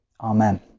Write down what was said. Amen